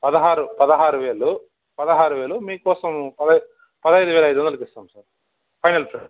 పదహారు పదహారువేలు పదహారువేలు మీకోసం పదై పదైదువేల ఐదొందలకి ఇస్తాము ఫైనల్ సార్